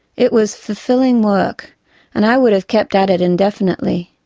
it was fulfilling work and i would have kept at it indefinitely.